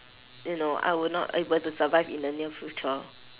you know I would not able to survive in the near future